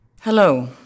Hello